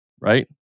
right